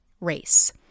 race